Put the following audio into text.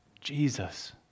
Jesus